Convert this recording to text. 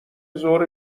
ظهر